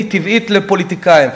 והיא טבעית לפוליטיקאים.